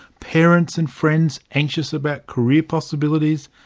parents and friends anxious about career possibilities,